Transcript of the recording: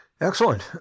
Excellent